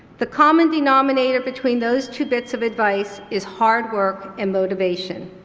the common denominator between those two bits of advice is hard work and motivation.